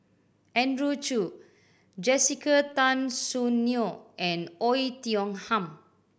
Andrew Chew Jessica Tan Soon Neo and Oei Tiong Ham